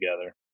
together